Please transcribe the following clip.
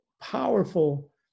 powerful